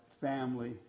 family